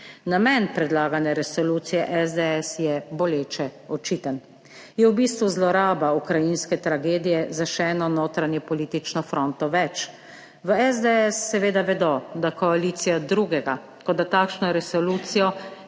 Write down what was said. Namen predlagane resolucije SDS je boleče očiten. Je v bistvu zloraba ukrajinske tragedije za še eno notranje politično fronto več. V SDS seveda vedo, da koalicija drugega, kot da takšno resolucijo,